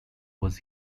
was